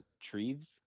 trees